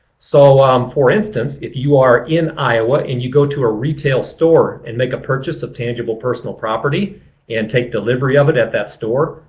so um for instance, if you are in iowa and you go to a retail store and make a purchase of tangible personal property and take delivery of it at that store,